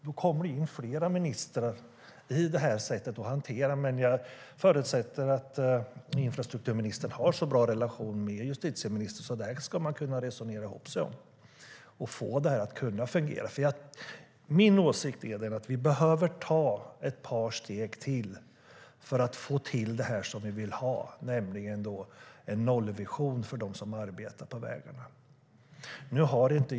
Då kommer fler ministrar in i denna hantering. Men jag förutsätter att infrastrukturministern har en så bra relation till justitieministern att ni ska kunna resonera ihop er om detta för att få detta fungera. Min åsikt är att vi behöver ta ett par steg till för att få till det som vi vill ha, nämligen en nollvision för dem som arbetar på vägarna.